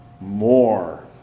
more